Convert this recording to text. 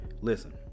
Listen